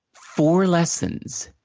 four lessons,